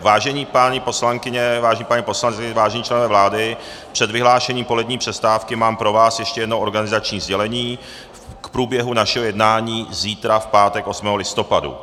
Vážené paní poslankyně, vážení páni poslanci, vážení členové vlády, před vyhlášením polední přestávky mám pro vás ještě jedno organizační sdělení k průběhu našeho jednání zítra, v pátek 8. listopadu 2019.